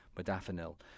modafinil